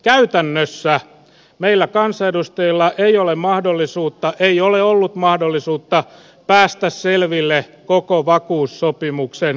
käytännössä meillä kansanedustajilla ei ole mahdollisuutta ei ole ollut mahdollisuutta päästä selville koko vakuussopimuksen sisällöstä